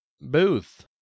Booth